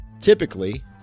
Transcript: Typically